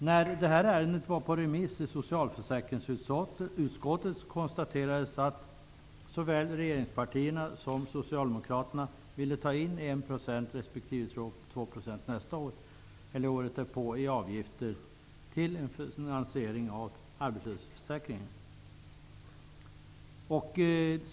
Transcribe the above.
När detta ärende var på remiss i socialförsäkringsutskottet konstaterades det att såväl regeringspartierna som Socialdemokraterna nästa år och året därpå ville ta in 1 % respektive 2 % i avgifter för finansiering av arbetslöshetsförsäkringen.